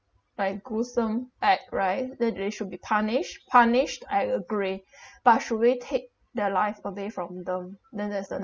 like gruesome act right that they should be punished punished I agree but should we take their life away from them then that's another